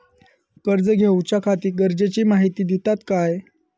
कर्ज घेऊच्याखाती गरजेची माहिती दितात काय?